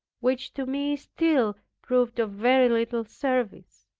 which to me still proved of very little service.